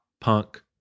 punk